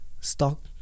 stock